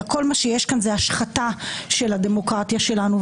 אלא כל מה שיש כאן זה השחתה של הדמוקרטיה שלנו.